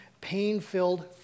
pain-filled